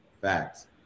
Facts